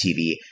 TV